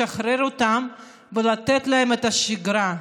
לשחרר אותם ולתת להם את השגרה,